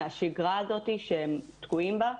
מהשגרה הזאת שהם תקועים בה.